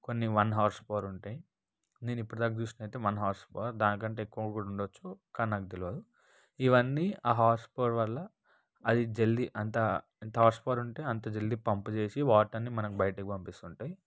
కొన్ని one horse power ఉంటాయి నేను ఇప్పటికి దాకా చూసింది అయితే వన్ హార్స్ పవర్ దాని కంటే ఎక్కువుగా కూడా ఉండచ్చు కానీ నాకు తెలియదు ఇవ్వన్నీ ఆ హార్స్ పవర్ వల్ల అది జల్దీ అంత ఎంత హార్స్ పవర్ ఉంటే అంత జల్దీ పంప్ చేసి వాటర్ని బయటకి పంపిస్తుంటాయి